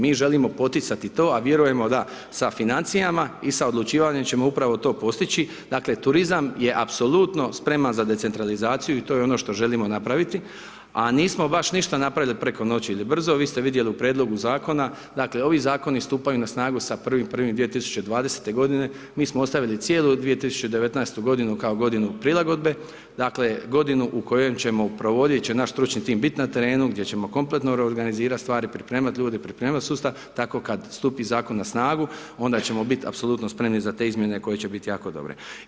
Mi želimo poticati to, a vjerujemo da sa financijama i sa odlučivanjem ćemo upravo to postići dakle, turizam je apsolutno spreman za decentralizaciju i to je ono što želimo napraviti, a nismo baš ništa napravili preko noći ili brzo, vi ste vidjeli u prijedlogu zakona dakle, ovi zakoni stupaju na snagu sa 1.1.22020. g. Mi smo ostavili cijelu 2019. g. kao godinu prilagodbe, dakle, godinu u kojoj će provoditi naš stručni tim biti na terenu gdje ćemo kompletno organizirati stvari, pripremati ljude, pripremit sustav, tako kada stupi zakon na snagu, onda ćemo biti apsolutno spremni za te izmjene koje će biti jako dobre.